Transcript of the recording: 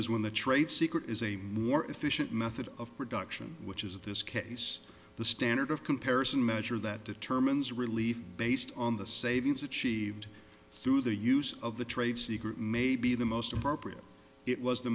when the trade secret is a more efficient method of production which is this case the standard of comparison measure that determines relief based on the savings achieved through the use of the trade secret may be the most appropriate it was the